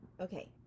okay